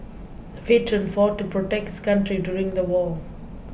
the veteran fought to protect his country during the war